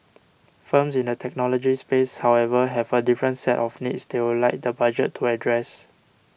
firms in the technology space however have a different set of needs they would like the Budget to address